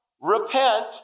repent